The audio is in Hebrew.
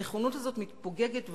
הנכונות הזאת מתפוגגת,